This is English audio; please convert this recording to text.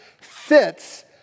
fits